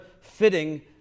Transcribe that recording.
fitting